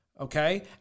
okay